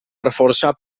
reforçar